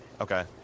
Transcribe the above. Okay